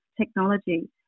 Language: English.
technology